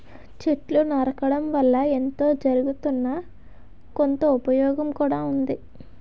చెట్లు నరకడం వల్ల ఎంతో జరగుతున్నా, కొంత ఉపయోగం కూడా ఉంది